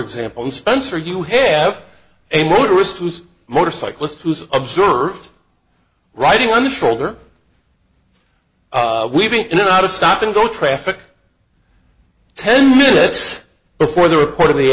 example spencer you have a motorist who's motorcyclist who's observed riding on the shoulder weaving in and out of stop and go traffic ten minutes before the report of the